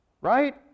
Right